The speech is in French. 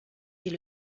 est